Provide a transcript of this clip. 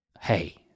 hey